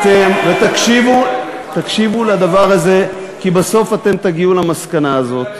תקשיבו לדבר הזה, כי בסוף אתם תגיעו למסקנה הזאת.